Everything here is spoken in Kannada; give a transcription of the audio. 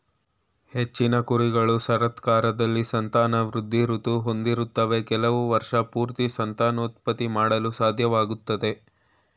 ಹೆಚ್ಚಿನ ಕುರಿಗಳು ಶರತ್ಕಾಲದಲ್ಲಿ ಸಂತಾನವೃದ್ಧಿ ಋತು ಹೊಂದಿರ್ತವೆ ಕೆಲವು ವರ್ಷಪೂರ್ತಿ ಸಂತಾನೋತ್ಪತ್ತಿ ಮಾಡಲು ಸಾಧ್ಯವಾಗ್ತದೆ